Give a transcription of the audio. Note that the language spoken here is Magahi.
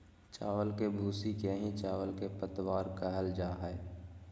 चावल के भूसी के ही चावल के पतवार कहल जा हई